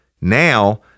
now